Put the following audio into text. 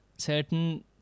certain